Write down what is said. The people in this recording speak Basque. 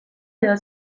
edo